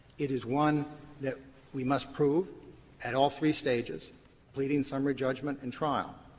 it is one that we must prove at all three stages pleadings, summary judgment, and trial.